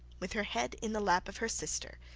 with her head in the lap of her sister,